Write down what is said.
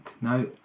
Now